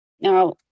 Now